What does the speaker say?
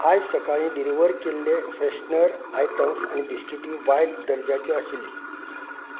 आयज सकाळीं डिलिव्हर केल्ले फ्रॅशनर आयटम्स आनी बिस्कीटी वायट दर्जाच्यो आशिल्ल्यो